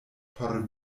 por